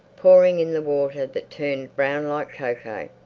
pouring in the water that turned brown like cocoa.